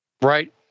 right